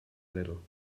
little